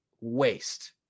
waste